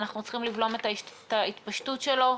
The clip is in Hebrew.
אנחנו צריכים לבלום את ההתפשטות שלו,